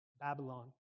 Babylon